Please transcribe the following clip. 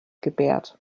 gebärt